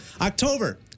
October